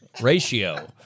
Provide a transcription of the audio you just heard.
ratio